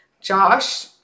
Josh